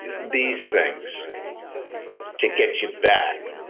these things to get you back.